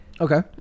Okay